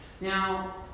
Now